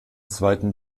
zweiten